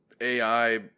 AI